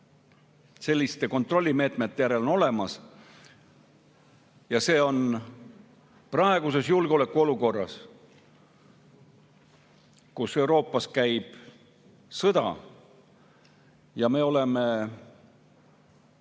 selliste kontrollimeetmete järele on olemas, [eriti] praeguses julgeolekuolukorras, kus Euroopas käib sõda ja me oleme